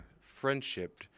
friendship